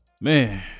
man